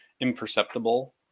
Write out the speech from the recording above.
imperceptible